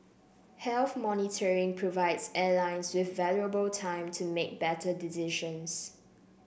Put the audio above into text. health monitoring provides airlines with valuable time to make better decisions